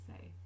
say